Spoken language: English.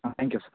thank you sir